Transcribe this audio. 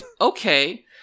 Okay